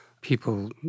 People